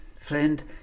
friend